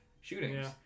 shootings